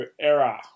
era